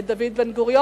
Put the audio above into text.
את דוד בן-גוריון,